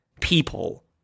people